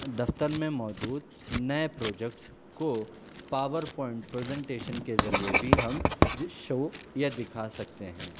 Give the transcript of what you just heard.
دفتر میں موجود نئے پروجیکٹس کو پاورپوائنٹ پرزنٹیشن کے ذریعے بھی ہم یا دکھا سکتے ہیں